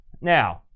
Now